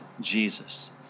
Jesus